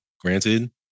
granted